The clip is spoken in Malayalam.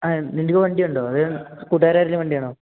ആ നിൻറ്റേ വണ്ടിയുണ്ടോ അതോ കൂട്ടുകാരുടെ ആരെങ്കിലും വണ്ടിയാണോ